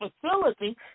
facility